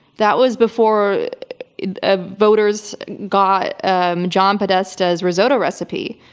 that was before ah voters got john podesta's risotto recipe.